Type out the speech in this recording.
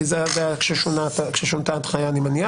כי זה היה כששונתה ההנחיה אני מניח.